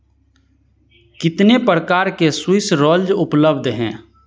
कितने प्रकार के स्विस रोल्ज उपलब्ध हैं